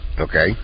Okay